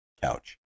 couch